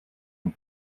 and